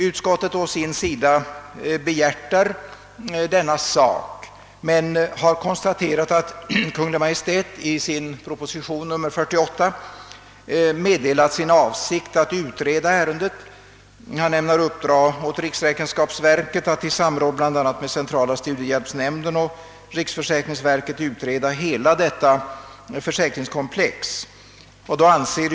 Utskottet å sin sida har konstaterat att Kungl. Maj:t i proposition nr 48 meddelat sin avsikt att utreda ärendet. Departementschefen ämnar uppdra åt riksräkenskapsverket att i samråd med bl.a. centrala studiehjälpsnämnden och riksförsäkringsverket utreda hela detta försäkringskomplex.